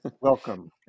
Welcome